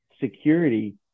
security